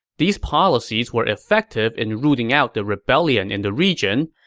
these policies were effective in rooting out the rebellion in the region,